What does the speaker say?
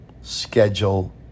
Schedule